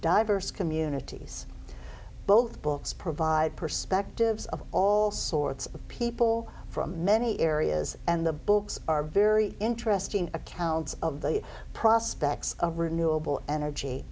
diverse communities both books provide perspectives of all sorts of people from many areas and the books are very interesting accounts of the prospects of renewable energy